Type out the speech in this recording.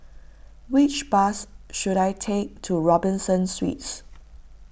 which bus should I take to Robinson Suites